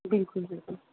ਬਿਲਕੁਲ ਬਿਲਕੁਲ